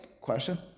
question